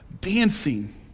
Dancing